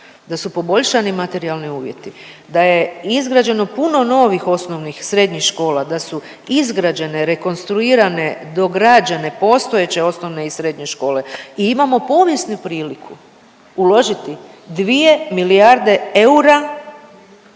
da su poboljšani materijalni uvjeti, da je izgrađeno puno novih osnovnih, srednjih škola, da su izgrađene, rekonstruirane, dograđene postojeće osnovne i srednje škole i imamo povijesnu priliku uložiti dvije milijarde eura